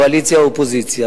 קואליציה או אופוזיציה?